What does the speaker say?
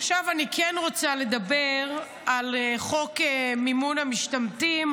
עכשיו אני כן רוצה לדבר על חוק מימון המשתמטים,